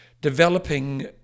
developing